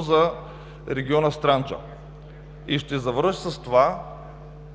за региона „Странджа“. Ще завърша с това,